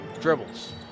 dribbles